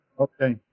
Okay